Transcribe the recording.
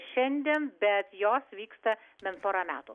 šiandien bet jos vyksta bent porą metų